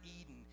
Eden